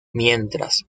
mientras